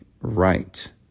right